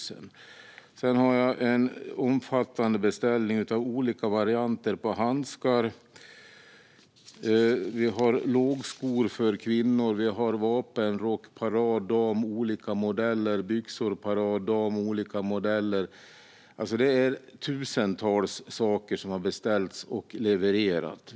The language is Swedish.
Sedan har jag en omfattande beställning av olika varianter av handskar. Vi har lågskor för kvinnor, vi har vapenrock parad dam olika modeller, byxor parad dam olika modeller. Det är tusentals saker som har beställts och levererats.